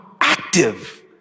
active